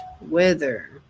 Weather